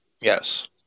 yes